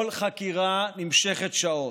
כל חקירה נמשכת שעות.